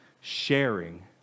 sharing